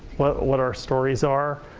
what what our stories are.